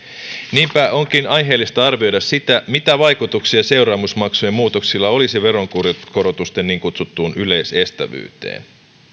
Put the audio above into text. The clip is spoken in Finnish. niinpä onkin aiheellista arvioida sitä mitä vaikutuksia seuraamusmaksujen muutoksilla olisi veronkorotusten niin kutsuttuun yleisestävyyteen